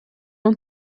und